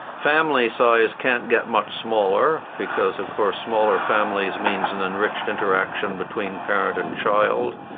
family size can't get much smaller because of course smaller families means an enriched interaction between parent and child.